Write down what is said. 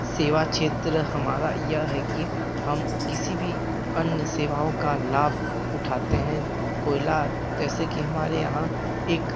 सेवा क्षेत्र हमारा यह है कि हम किसी भी अन्य सेवाओं का लाभ उठाते हैं कोयला जैसे कि हमारे यहाँ एक